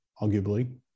Arguably